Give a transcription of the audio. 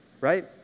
Right